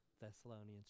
Thessalonians